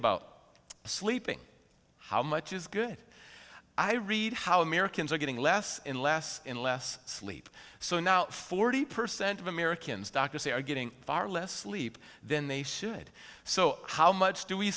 about sleeping how much is good i read how americans are getting less and less and less sleep so now forty percent of americans doctors they are getting far less sleep than they should so how much do we